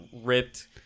ripped